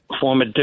former